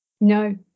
No